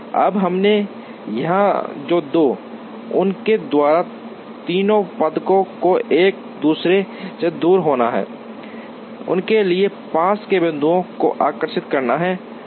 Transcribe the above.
अब हमने यहां जो देखा उसके द्वारा तीनों पदकों को एक दूसरे से दूर होना है उनके लिए पास के बिंदुओं को आकर्षित करना है